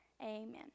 Amen